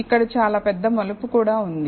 ఇక్కడ చాలా పెద్ద మలుపు కూడా ఉంది